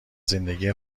زندگی